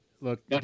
look